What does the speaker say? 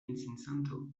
insensato